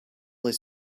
his